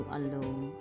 alone